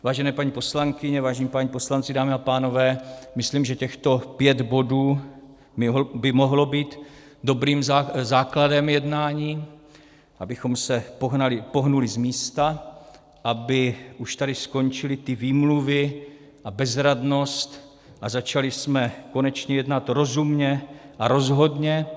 Vážené paní poslankyně, vážení páni poslanci, dámy a pánové, myslím, že těchto pět bodů by mohlo být dobrým základem jednání, abychom se pohnuli z místa, aby už tady skončily ty výmluvy a bezradnost a začali jsme konečně jednat rozumně a rozhodně.